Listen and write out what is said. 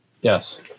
Yes